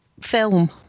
film